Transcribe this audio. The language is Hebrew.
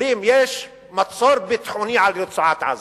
אומרים: יש מצור ביטחוני על רצועת-עזה.